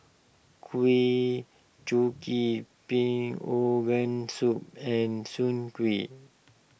Kuih Kochi Pig Organ Soup and Soon Kueh